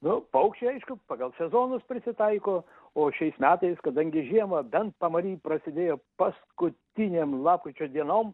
nu paukščiai aišku pagal sezonus prisitaiko o šiais metais kadangi žiema bent pamary prasidėjo paskutinėm lapkričio dienom